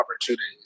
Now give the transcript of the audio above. opportunities